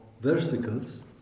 versicles